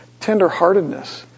tenderheartedness